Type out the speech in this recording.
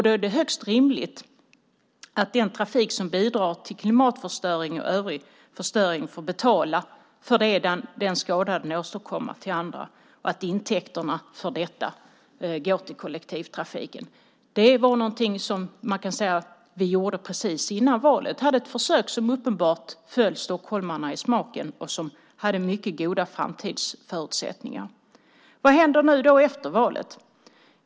Det är högst rimligt att den trafik som bidrar till klimatförstöring och övrig förstöring får betala till andra för den skada den åstadkommer och att intäkterna går till kollektivtrafiken. Precis före valet hade vi ett försök som uppenbarligen föll stockholmarna i smaken och som har mycket goda framtidsförutsättningar. Vad händer nu efter valet?